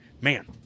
man